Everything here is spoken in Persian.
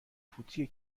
فوتی